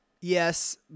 Yes